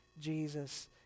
Jesus